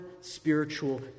spiritual